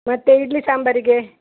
ಮತ್ತು ಇಡ್ಲಿ ಸಾಂಬಾರಿಗೆ